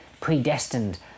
predestined